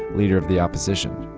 leader of the opposition.